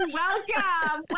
welcome